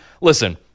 Listen